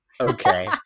Okay